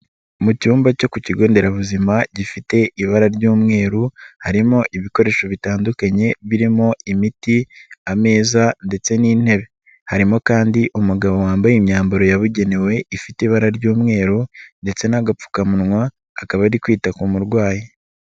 Mu cyumba cyo ku kigo nderabuzima gifite ibara ry'umweru harimo ibikoresho bitandukanye birimo imiti, ameza ndetse n'intebe, harimo kandi umugabo wambaye imyambaro yabugenewe ifite ibara ry'umweru ndetse n'agapfukamunwa, akaba ari kwita ku murwayi.